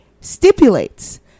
stipulates